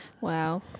Wow